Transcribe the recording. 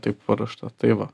taip paruošta tai va